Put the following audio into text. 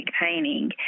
painting